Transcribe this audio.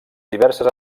diverses